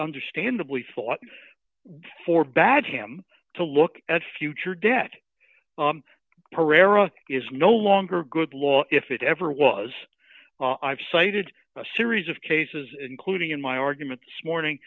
understandably thought for bad him to look at future debt perera is no longer good law if it ever was i've cited a series of cases including in my arguments morning